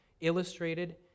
illustrated